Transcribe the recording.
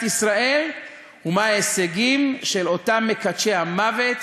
ישראל ומה ההישגים של אותם מקדשי המוות,